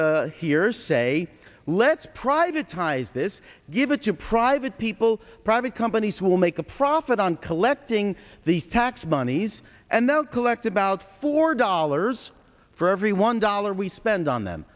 here say let's privatized this give it to private people private companies will make a profit on collecting the tax monies and they'll collect about four dollars for every one dollar we spend on them